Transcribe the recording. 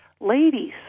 Ladies